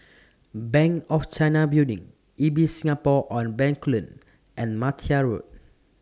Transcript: Bank of China Building Ibis Singapore on Bencoolen and Martia Road